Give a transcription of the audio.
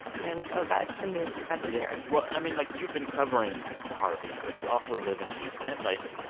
you know, we still got some news to cover here yeah, well, i mean, like, you've been covering harvey, but you also live in houston. like,